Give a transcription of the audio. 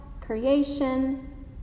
creation